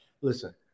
listen